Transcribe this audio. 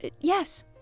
Yes